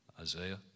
Isaiah